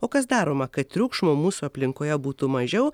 o kas daroma kad triukšmo mūsų aplinkoje būtų mažiau